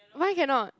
why cannot